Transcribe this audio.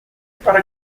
para